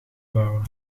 bouwen